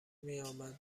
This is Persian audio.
میآمد